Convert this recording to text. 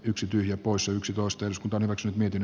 yksi tyhjä poissa yksitoista jos kannaksen myytin